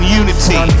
unity